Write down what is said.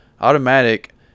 Automatic